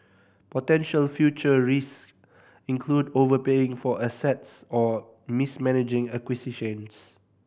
potential future risk include overpaying for assets or mismanaging acquisitions